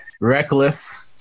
reckless